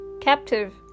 Captive